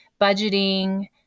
budgeting